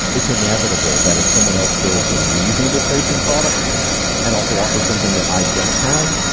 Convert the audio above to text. it's inevitable that if someone else builds a reasonable tracing product and also offer something that i don't have,